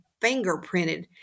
fingerprinted